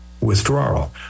withdrawal